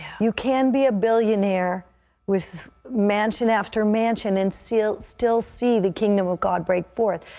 you can be a billionaire with mansion after mansion and still still see the kingdom of god break forth,